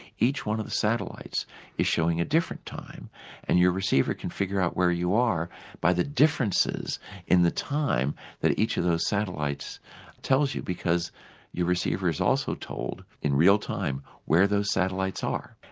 each one of the satellites is showing a different time and your receiver can figure out where you are by the differences in the time that each of those satellites tells you, because your receiver is also told in real time where those satellites are.